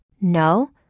No